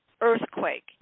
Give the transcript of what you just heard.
earthquake